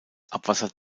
abwasser